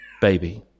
baby